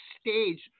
stage